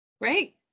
Great